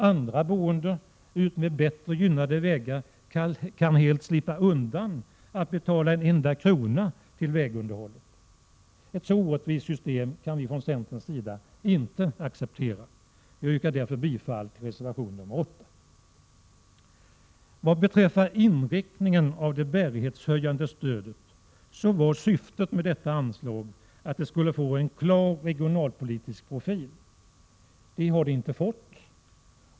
Andra, som bor utmed bättre gynnade vägar, kan helt slippa undan att betala en enda krona till vägunderhållet. Ett så orättvist system kan vi från centerns sida inte acceptera. Jag yrkar därför bifall till reservation 8. Vad beträffar inriktningen av det bärighetshöjande stödet så var syftet med detta anslag att det skulle få en klar regionalpolitisk profil. Det har det inte fått.